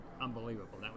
unbelievable